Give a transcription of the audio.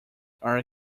are